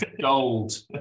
Gold